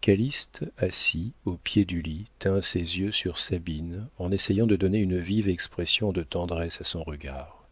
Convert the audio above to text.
calyste assis au pied du lit tint ses yeux sur sabine en essayant de donner une vive expression de tendresse à son regard